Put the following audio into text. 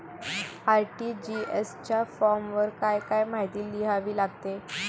RTGS च्या फॉर्मवर काय काय माहिती लिहावी लागते?